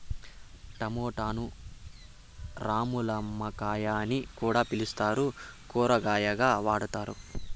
టమోటాను రామ్ములక్కాయ అని కూడా పిలుత్తారు, కూరగాయగా వాడతారు